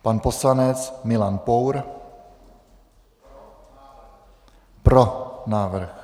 Pan poslanec Milan Pour: Pro návrh.